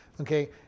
Okay